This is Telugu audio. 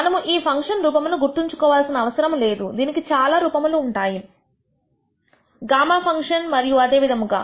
మనము ఈ ఫంక్షన్ రూపమును గుర్తుంచుకోవాల్సిన అవసరం లేదు దీనికి చాలా రూపములు ఉంటాయి γ ఫంక్షన్ మరియు అదేవిధముగా